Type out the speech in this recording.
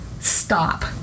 Stop